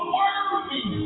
worthy